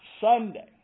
Sunday